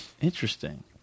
Interesting